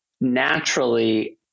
naturally